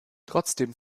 trotzdem